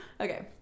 Okay